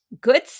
good